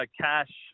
Cash